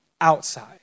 outside